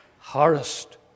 harassed